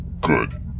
Good